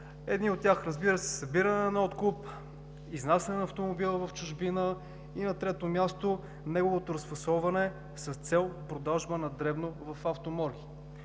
Едни от тях са събиране на откуп, изнасяне на автомобила в чужбина и на трето място, неговото разфасоване с цел продажба на дребно в автоморги.